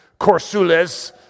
Corsules